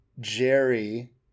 jerry